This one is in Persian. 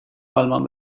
آلمان